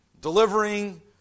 delivering